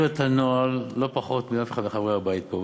את הנוהל לא פחות מכל אחד אחר בבית פה,